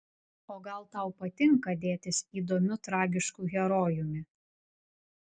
o gal tau patinka dėtis įdomiu tragišku herojumi